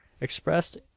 expressed